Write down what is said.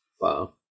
Wow